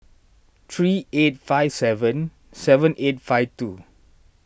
three eight five seven seven eight five two